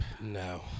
No